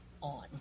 on